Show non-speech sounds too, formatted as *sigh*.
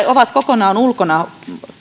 *unintelligible* ovat kokonaan ulkona